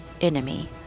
enemy